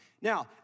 Now